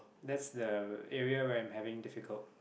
that's the area where I'm having difficult